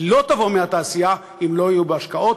היא לא תבוא מהתעשייה אם לא יהיו בה השקעות.